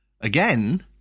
Again